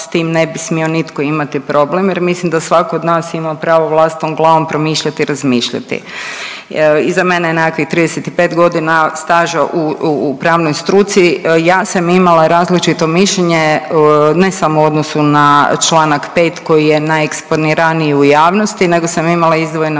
s tim ne bi smio nitko imati problem jer mislim da svatko od nas ima pravo vlastitom glavom promišljati i razmišljati. Iza mene je nekakvih 35.g. staža u pravnoj struci, ja sam imala različito mišljenje ne samo u odnosu na čl. 5. koji je najeksponiraniji u javnosti nego sam imala izdvojeno